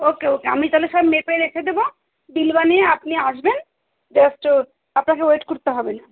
ওকে okay আমি তাহলে সব মেপে রেখে দেবো বিল বানিয়ে আপনি আসবেন জাস্ট ও আপনাকে ওয়েট করতে হবে না